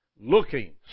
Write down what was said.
looking